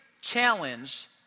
challenge